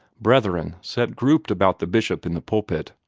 brethren sat grouped about the bishop in the pulpit.